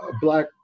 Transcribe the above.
black